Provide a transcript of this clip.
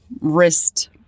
wrist